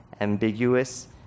ambiguous